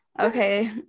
Okay